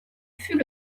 fut